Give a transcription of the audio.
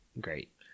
Great